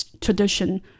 tradition